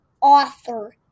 author